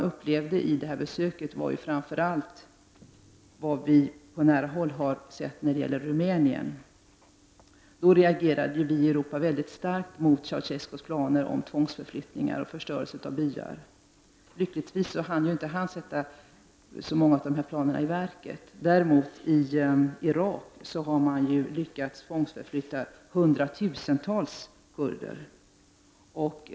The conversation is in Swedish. Under detta besök upplevde vi vad man i Europa reagerade starkt mot i Rumänien, nämligen Ceausescus planer på tvångsförflyttningar och förstörelse av byar. Lyckligtvis hann inte han sätta så många av dessa planer i verket. Däremot har man i Irak lyckats tvångsförflytta hundratusentals kurder.